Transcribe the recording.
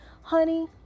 honey